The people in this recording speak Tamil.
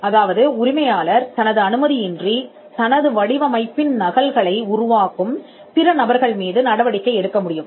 அதாவது உரிமையாளர் தனது அனுமதியின்றி தனது வடிவமைப்பின் நகல்களை உருவாக்கும் பிற நபர்கள் மீது நடவடிக்கை எடுக்க முடியும்